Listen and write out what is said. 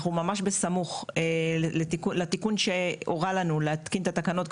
אנחנו ממש בסמוך לתיקון שהורה לנו להתקין את התקנות.